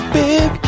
big